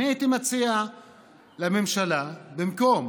הייתי מציע לממשלה במקום